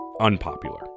unpopular